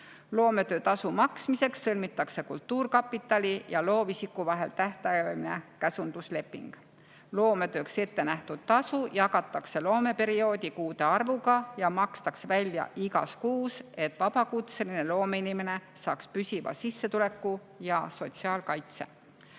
Loometöötasu maksmiseks sõlmitakse kultuurkapitali ja loovisiku vahel tähtajaline käsundusleping. Loometööks ettenähtud tasu jagatakse loomeperioodi kuude arvuga ja makstakse välja igas kuus, et vabakutseline loomeinimene saaks püsiva sissetuleku ja sotsiaalkaitse.